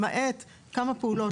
למעט כמה פעולות